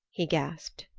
he gasped.